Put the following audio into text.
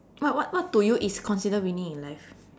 what what what to you is considered winning in life